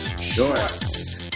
Shorts